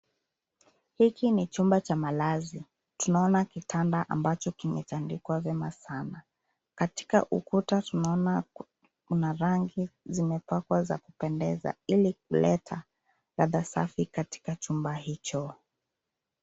Hiki ni chumba cha malazi, tunaona kitanda ambacho kimetandikwa vyema sana. Katika ukuta tunaona kuna rangi zimepakwa za kupendeza, ili kuleta ladha safi katika chumba hicho.